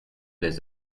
des